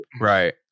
right